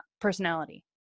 personality